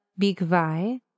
Bigvai